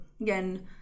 again